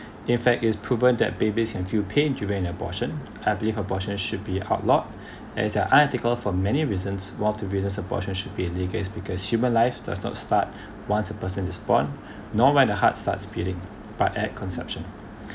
in fact it's proven that babies can feel pain during an abortion I believe abortion should be outlawed as they're unethical for many reasons while two reasons abortion should be illegal is because human life does not start once a person is born nor by the heart starts beating but air conception